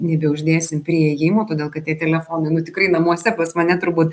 nebeuždėsim priėjimo todėl kad tie telefonai nu tikrai namuose pas mane turbūt